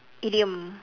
idiom